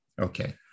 Okay